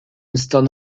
stands